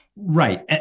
Right